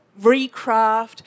recraft